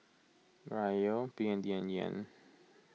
Riyal B N D and Yen